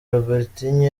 robertinho